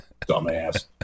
dumbass